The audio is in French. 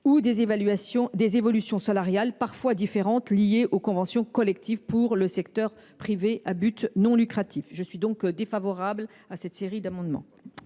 ou des évolutions salariales parfois différentes liées aux conventions collectives pour le secteur privé à but non lucratif. Je suis défavorable à ces trois amendements